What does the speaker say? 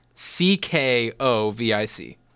C-K-O-V-I-C